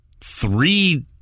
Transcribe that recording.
three